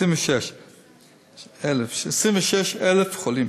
26,000 חולים,